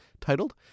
titled